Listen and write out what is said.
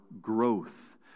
growth